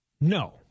No